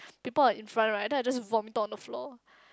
people are in front right then I just vomit to on the floor